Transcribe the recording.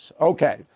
Okay